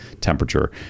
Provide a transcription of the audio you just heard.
temperature